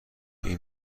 این